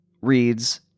reads